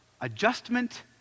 Adjustment